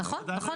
כן, נכון.